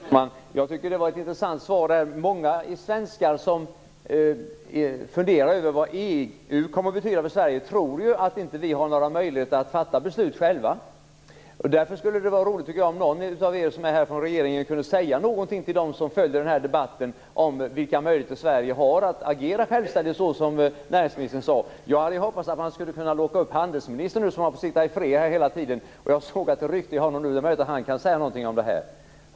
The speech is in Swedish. Värderade talman! Jag tycker att det var ett intressant svar. Många svenskar som funderar över vad EU kommer att betyda för Sverige tror ju att vi inte har några möjligheter att fatta beslut själva. Därför tycker jag att det skulle vara roligt om någon av er som är här från regeringen kunde säga något till dem som följer denna debatt om vilka möjligheter Sverige har att agera självständigt såsom näringsministern sade. Jag hade hoppats att man skulle kunna locka upp handelsministern. Han har fått sitta i fred hela tiden. Jag såg att det ryckte i honom nu. Det är möjligt att han kan säga något om det här.